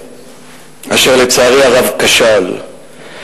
אשר לצערי הרב כשל.